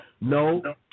No